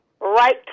right